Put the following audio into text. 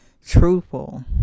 truthful